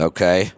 Okay